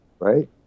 Right